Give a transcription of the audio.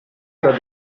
era